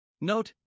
Note